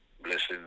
blessings